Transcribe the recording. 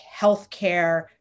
healthcare